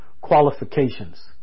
qualifications